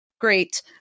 great